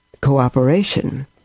cooperation